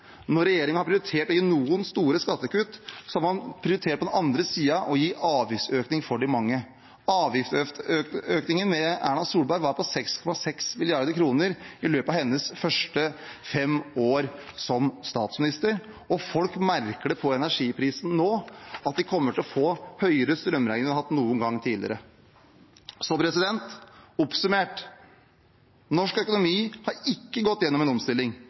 Når regjeringen har prioritert å gi noen store skattekutt, har man på den andre siden prioritert å gi avgiftsøkning for de mange. Avgiftsøkningen under Erna Solberg var på 6,6 mrd. kr i løpet av hennes første fem år som statsminister. Folk merker det på energiprisen nå. De kommer til å få høyere strømregninger enn de har hatt noen gang tidligere. Oppsummert: Norsk økonomi har ikke gått igjennom en omstilling.